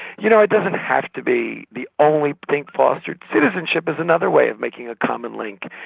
you know, it doesn't have to be the only thing fostered. citizenship is another way of making a common link.